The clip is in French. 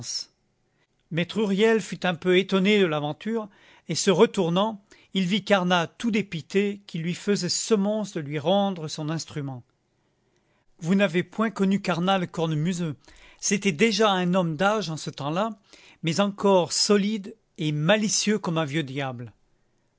maître huriel fut un peu étonné de l'aventure et se retournant il vit carnat tout dépité qui lui faisait semonce de lui rendre son instrument vous n'avez point connu carnat le cornemuseux c'était déjà un homme d'âge en ce temps-là mais encore solide et malicieux comme un vieux diable